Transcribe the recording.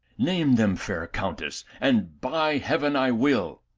name them, fair countess, and, by heaven, i will.